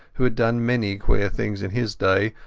who had done many queer things in his day,